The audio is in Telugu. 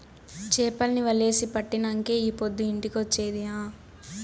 చేపల్ని వలేసి పట్టినంకే ఈ పొద్దు ఇంటికొచ్చేది ఆ